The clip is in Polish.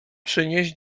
przynieś